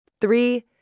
three